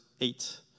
eight